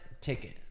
ticket